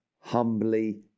humbly